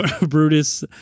Brutus